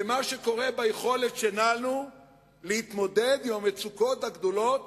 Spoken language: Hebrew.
למה שקורה ביכולת שלנו להתמודד עם המצוקות הגדולות